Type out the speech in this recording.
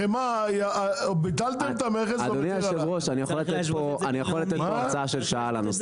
בחמאה ביטלתם את המכס --- אני יכול לתת פה הרצאה של שעה על הנושא.